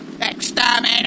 EXTERMINATE